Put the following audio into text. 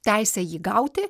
teisę jį gauti